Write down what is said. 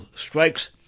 strikes